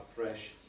fresh